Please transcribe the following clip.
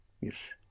Yes